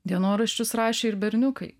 dienoraščius rašė ir berniukai